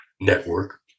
network